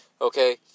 okay